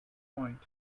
point